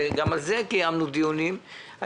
שגם עליו קיימנו דיונים,